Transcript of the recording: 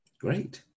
great